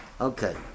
Okay